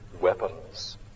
weapons